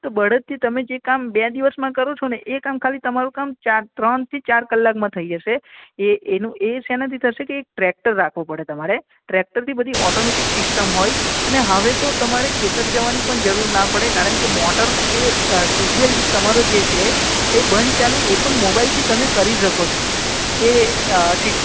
તો બળદથી જે કામ બે દિવસમાં કરો છો ને એ કામ ખાલી તમારું કામ ચાર ત્રણ થી ચાર કલાકમાં થઇ જશે એ એનું એ શેનાથી થશે કે એક ટ્રેક્ટર રાખવું પડે તમારે ટ્રેક્ટરથી બધી ઓટોમેટિક સિસ્ટમ હોય અને હવે તો તમારે ખેતર જવાની પણ જરૂર ના પડે કારણ કે મોટર જે ટ્યુબવેલ જે તમારો જે છે એ બંધ ચાલુ એ પણ મોબાઈલથી તમે કરી શકો છો એ સિસ્ટમ